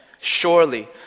Surely